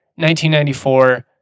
1994